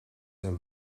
and